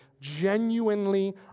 genuinely